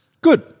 Good